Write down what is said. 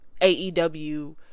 AEW